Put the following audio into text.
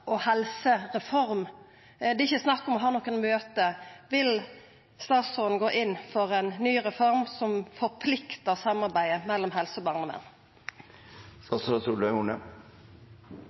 Det er ikkje snakk om å ha nokon møte. Vil statsråden gå inn for ei ny reform som forpliktar samarbeidet mellom helse